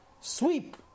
sweep